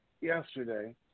yesterday